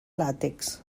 làtex